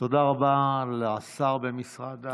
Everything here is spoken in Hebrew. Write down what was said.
תודה רבה לשר במשרד האוצר.